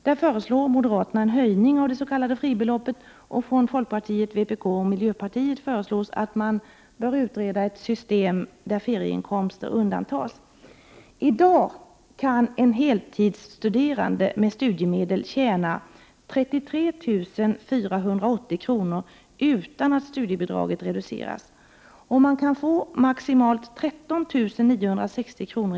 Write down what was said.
Där föreslår moderaterna en höjning av det s.k. fribeloppet. Folkpartiet, vpk och miljöpartiet säger att man bör utreda ett system där ferieinkomster undantas. I dag kan en heltidsstuderande med studiemedel tjäna 33 480 kr. utan att studiebidraget reduceras. Man kan få maximalt 13 960 kr.